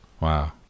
Wow